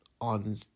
on